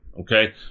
Okay